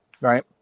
Right